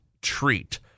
treat